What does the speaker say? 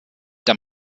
der